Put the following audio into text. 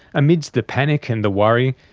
amidst the panic and the worry,